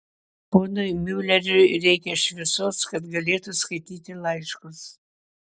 ponui miuleriui reikia šviesos kad galėtų skaityti laiškus